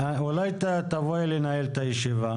אולי תבואי לנהל את הישיבה?